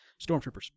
stormtroopers